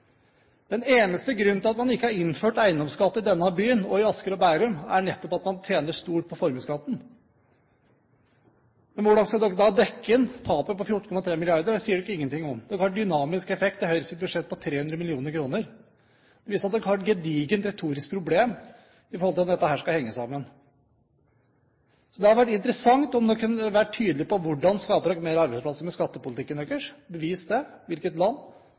Den eneste grunnen til at man ikke har innført eiendomsskatt i denne byen og i Asker og Bærum, er nettopp at man tjener stort på formuesskatten. Men hvordan en skal dekke inn tapet på 14,3 mrd. kr, sier de ingen ting om. Det har en dynamisk effekt på Høyres budsjett på 300 mill. kr. De har et gedigent retorisk problem med hensyn til hvordan dette henger sammen. Det hadde vært interessant om de kunne ha vært tydelig på hvordan de skaper flere arbeidsplasser med skattepolitikken sin. Kan de bevise det? Hvilket land,